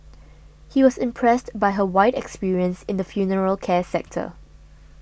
he was impressed by her wide experience in the funeral care sector